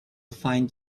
find